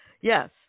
Yes